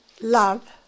love